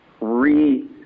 re